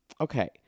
Okay